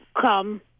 come